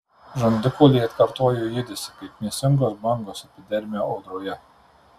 žandikauliai atkartojo judesį kaip mėsingos bangos epidermio audroje